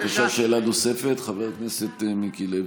בבקשה, שאלה נוספת, חבר הכנסת מיקי לוי.